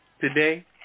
today